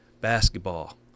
basketball